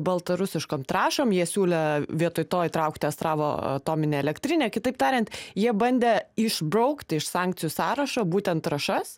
baltarusiškom trąšom jie siūlė vietoj to įtraukti astravo atominę elektrinę kitaip tariant jie bandė išbraukti iš sankcijų sąrašo būtent trąšas